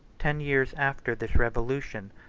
ten years after this revolution,